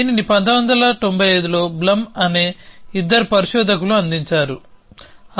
దీనిని 1995లో Blum అనే ఇద్దరు పరిశోధకులు అందించారు